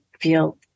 feel